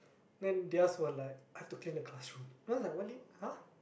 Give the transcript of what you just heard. then theirs were like I've to clean the classroom then I'm like what do you !huh!